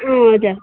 अँ हजुर